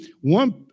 one